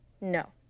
no